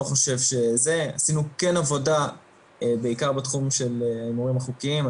עשינו כן עבודה בעיקר בתחום של ההימורים החוקיים.